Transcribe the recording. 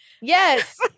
Yes